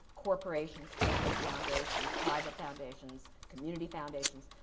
corporations, family foundations, private foundations, community foundations,